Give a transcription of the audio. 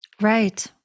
Right